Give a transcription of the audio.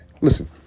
Listen